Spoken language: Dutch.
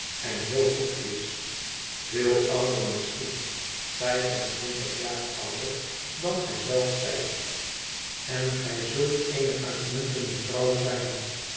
en heel goed is veel ouder misschien vijf en twintig jaar ouder dan gij zelf zijt en gij zult eene uitmuntende vrouw zijn